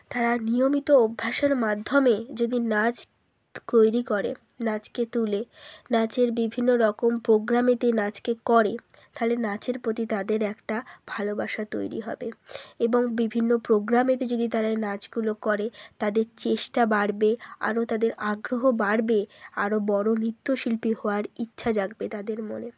তারা নিয়মিত অভ্যাসের মাধ্যমে যদি নাচ তৈরি করে নাচকে তুলে নাচের বিভিন্ন রকম প্রোগ্রামেতে নাচকে করে তাহলে নাচের প্রতি তাদের একটা ভালোবাসা তৈরি হবে এবং বিভিন্ন প্রোগ্রামেতে যদি তারা এই নাচগুলো করে তাদের চেষ্টা বাড়বে আরও তাদের আগ্রহ বাড়বে আরও বড়ো নৃত্য শিল্পী হওয়ার ইচ্ছা জাগবে তাদের মনে